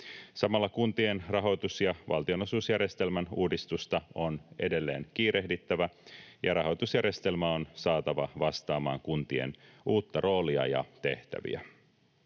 Samalla kuntien rahoitus- ja valtionosuusjärjestelmän uudistusta on edelleen kiirehdittävä ja rahoitusjärjestelmä on saatava vastaamaan kuntien uutta roolia ja tehtäviä.